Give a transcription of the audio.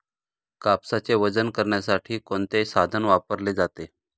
कापसाचे वजन करण्यासाठी कोणते साधन वापरले जाते?